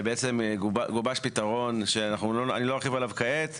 בעצם גובש פתרון שאני לא ארחיב עליו כעת.